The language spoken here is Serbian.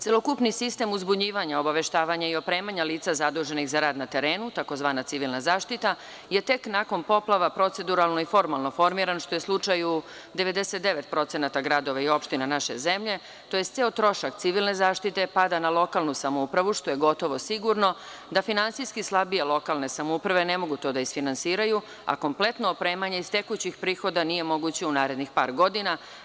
Celokupni sistem uzbunjivanja, obaveštavanja i opremanja lica zaduženih za rad na terenu tzv. civilna zaštita je tek nakon poplava proceduralno i formalno formiran što je slučaj u 99% gradova i opština naše zemlje, tj. ceo trošak civilne zaštite, pada na lokalnu samoupravu što je gotovo sigurno, da finansijski slabije lokalne samouprave ne mogu to da isfinansiraju, a kompletno opremanje iz tekućih prihoda nije moguće u narednih par godina.